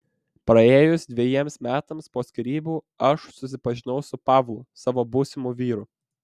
praėjus dvejiems metams po skyrybų aš susipažinau su pavlu savo būsimu vyru